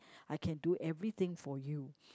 I can do everything for you